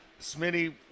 Smitty